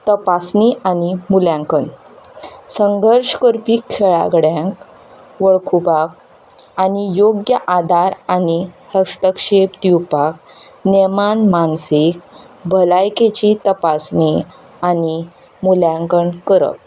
तपासणी आनी मुल्यांकन संघर्ष करपी खेळागड्यांक वळखूपाक आनी योग्य आदार आनी हस्तक्षेप दिवपाक नेमान मानसीक भलायकेची तपासणी आनी मुल्यांकन करप